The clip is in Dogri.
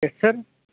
केसर